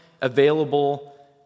available